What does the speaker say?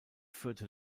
führte